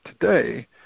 today –